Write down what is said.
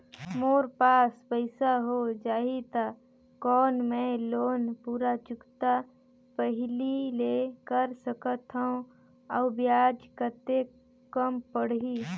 मोर पास पईसा हो जाही त कौन मैं लोन पूरा चुकता पहली ले कर सकथव अउ ब्याज कतेक कम पड़ही?